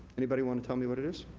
anybody wanna tell me what it is?